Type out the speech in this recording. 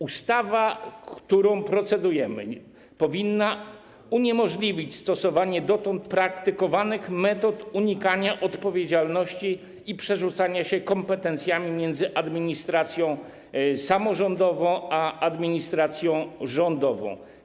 Ustawa, nad którą procedujemy, powinna uniemożliwić stosowanie dotąd praktykowanych metod unikania odpowiedzialności i przerzucania się kompetencjami między administracją samorządową a administracją rządową.